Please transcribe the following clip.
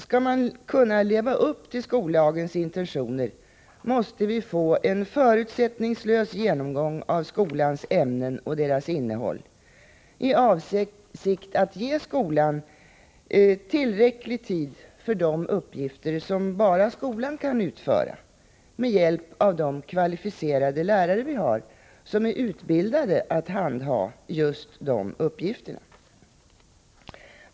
Skall vi kunna leva upp till skollagens intentioner, måste vi få en förutsättningslös genomgång av skolans ämnen och deras innehåll i avsikt att ge skolan tillräcklig tid för de uppgifter som bara skolan kan utföra — med hjälp av de kvalificerade lärare vi har som är utbildade att handha just de uppgifterna.